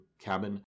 cabin